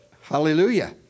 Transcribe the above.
Hallelujah